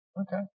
okay